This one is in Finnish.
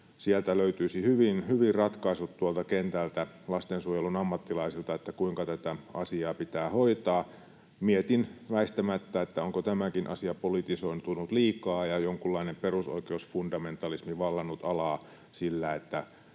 ei kuunnella enemmän. Sieltä kentältä lastensuojelun ammattilaisilta löytyisi hyvin ratkaisut, kuinka tätä asiaa pitää hoitaa. Mietin väistämättä, että onko tämäkin asia politisoitunut liikaa ja jonkunlainen perusoikeusfundamentalismi vallannut alaa siinä, että